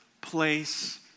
place